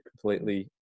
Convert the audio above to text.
completely